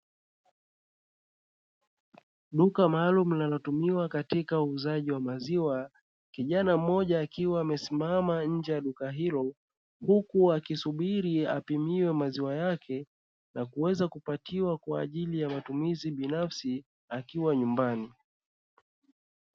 Duka maalumu linalotumiwa katika uuzaji wa maziwa, kijana mmoja akiwa amesimama nje ya duka hilo huku kisubiri apimiwe maziwa yake, na kuweza kupatiwa kwa ajili ya matumizi binafsi akiwa nyumbani.